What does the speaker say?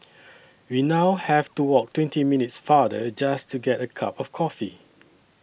we now have to walk twenty minutes farther just to get a cup of coffee